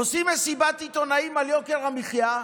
עושים מסיבת עיתונאים על יוקר המחיה,